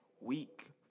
week